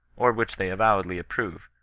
or which they avowedly approve,